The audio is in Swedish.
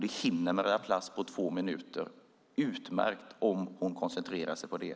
Det hinner Maria Plass utmärkt med på två minuter om hon koncentrerar sig på det.